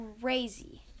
crazy